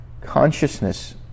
Consciousness